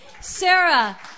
Sarah